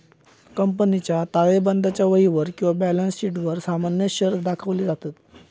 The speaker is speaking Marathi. कंपनीच्या ताळेबंदाच्या वहीवर किंवा बॅलन्स शीटवर सामान्य शेअर्स दाखवले जातत